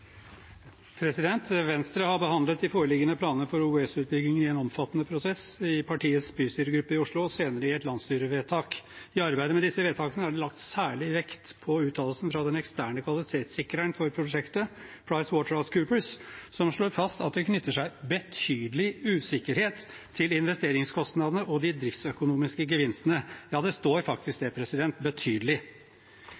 Venstre har behandlet de foreliggende planene for OUS-utbyggingen i en omfattende prosess, i partiets bystyregruppe i Oslo og senere i et landsstyrevedtak. I arbeidet med disse vedtakene er det lagt særlig vekt på uttalelsen fra den eksterne kvalitetssikreren for prosjektet, PricewaterhouseCoopers, som slår fast at det knytter seg betydelig usikkerhet til investeringskostnadene og de driftsøkonomiske gevinstene. Ja, det står faktisk